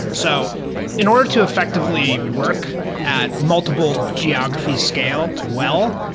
so in order to effectively work at multiple geography scale well,